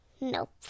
Nope